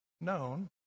known